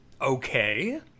Okay